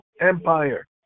empire